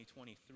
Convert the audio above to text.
2023